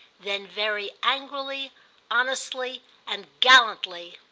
then very angrily honestly and gallantly,